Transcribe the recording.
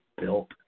built